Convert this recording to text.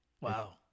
Wow